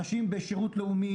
אנשים בשירות לאומי,